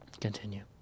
Continue